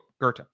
Goethe